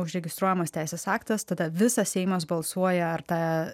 užregistruojamas teisės aktas tada visas seimas balsuoja ar tą